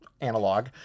analog